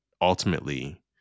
ultimately